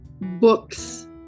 books